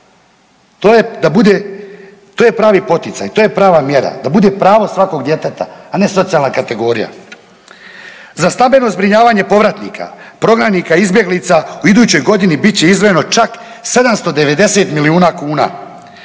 to je pravi poticaj, to je prava mjera da bude pravo svakog djeteta, a ne socijalna kategorija. Za stabilno zbrinjavanje povratnika, prognanika i izbjeglica u idućoj godini bit će izdvojeno čak 790 milijuna kuna,